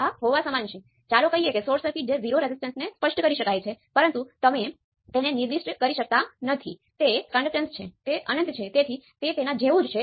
આ એક ઓપન સર્કિટના રેઝિસ્ટન્સને માપવાનો પ્રયાસ કરવા જેવું છે તે અનંત તરફ આવશે